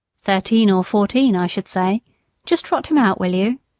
thirteen or fourteen, i should say just trot him out, will you?